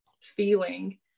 feeling